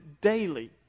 daily